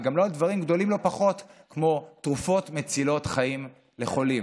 וגם לא על דברים גדולים לא פחות כמו תרופות מצילות חיים לחולים.